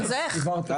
אז איך?